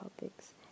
topics